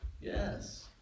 Yes